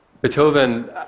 Beethoven